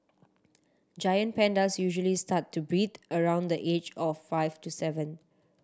giant pandas usually start to breed around the age of five to seven